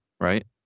right